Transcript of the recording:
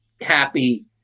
happy